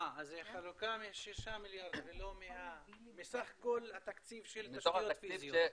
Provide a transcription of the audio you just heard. אז זה חלוקה משישה מיליארד ולא מסך כל התקציב של תשתיות פיזיות.